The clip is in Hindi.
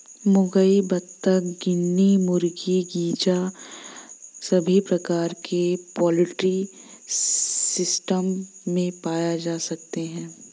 मुर्गियां, बत्तख, गिनी मुर्गी, गीज़ सभी प्रकार के पोल्ट्री सिस्टम में पाए जा सकते है